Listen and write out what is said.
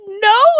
no